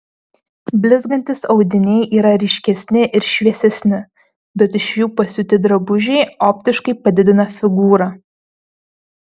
blizgantys audiniai yra ryškesni ir šviesesni bet iš jų pasiūti drabužiai optiškai padidina figūrą